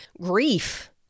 grief